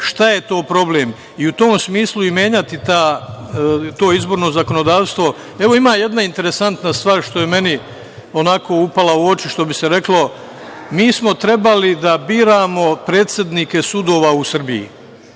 šta je tu problem i u tom smislu menjati to izborno zakonodavstvo. Ima jedna interesantna stvar, što je meni onako upala u oči, što bi se reklo. Mi smo trebali da biramo predsednike sudova u Srbiji.